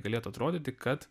galėtų atrodyti kad